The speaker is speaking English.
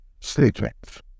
statements